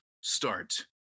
start